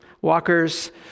walkers